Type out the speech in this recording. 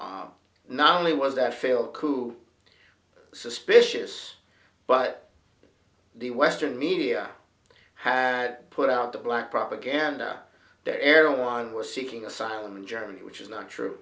and not only was that failed coup suspicious but the western media had put out the black propaganda the airline was seeking asylum in germany which is not true